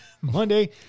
Monday